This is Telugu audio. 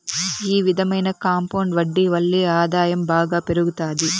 ఈ విధమైన కాంపౌండ్ వడ్డీ వల్లే ఆదాయం బాగా పెరుగుతాది